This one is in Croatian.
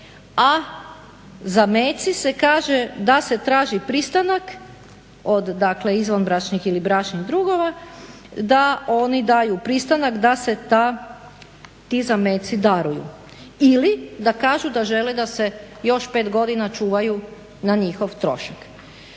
a zameci se kaže da se traži pristanak od dakle izvanbračnih ili bračnih drugova da oni daju pristanak da se ti zameci daruju. Ili da kažu da žele da se još 5 godina čuvaju na njihov trošak.